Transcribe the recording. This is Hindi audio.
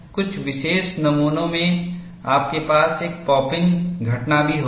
कुछ विशेष नमूनों में आपके पास एक पॉप इन घटना भी होगी